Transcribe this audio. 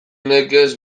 nekez